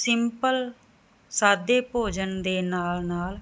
simple ਸਾਦੇ ਭੋਜਨ ਦੇ ਨਾਲ ਨਾਲ